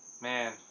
Man